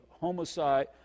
homicide